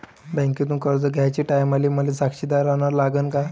बँकेतून कर्ज घ्याचे टायमाले मले साक्षीदार अन लागन का?